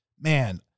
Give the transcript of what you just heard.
man